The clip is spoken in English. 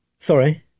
sorry